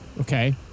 Okay